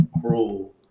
cruel